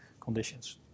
conditions